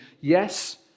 Yes